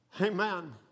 Amen